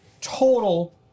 total